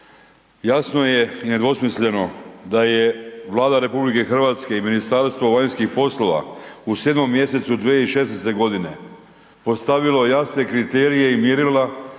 Jasno je i nedvosmisleno da je Vlada RH i Ministarstvo vanjskih poslova u 7. mj. 2016.g. postavilo jasne kriterije i mjerila